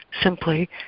simply